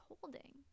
holding